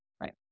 Right